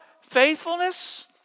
faithfulness